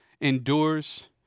endures